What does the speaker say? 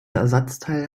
ersatzteil